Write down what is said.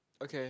okay